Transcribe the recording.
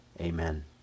Amen